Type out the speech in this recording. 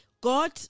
God